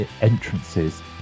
entrances